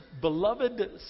beloved